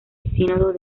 sínodo